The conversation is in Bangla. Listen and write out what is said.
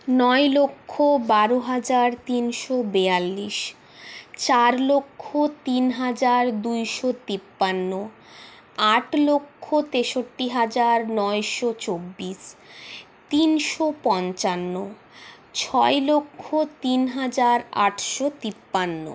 নয় লক্ষ বারো হাজার তিনশো বেয়াল্লিশ চার লক্ষ তিন হাজার দুইশো তিপ্পান্ন আট লক্ষ তেষট্টি হাজার নয়শো চব্বিশ তিনশো পঞ্চান্ন ছয় লক্ষ তিন হাজার আটশো তিপ্পান্ন